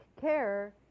care